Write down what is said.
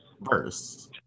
verse